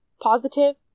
POSITIVE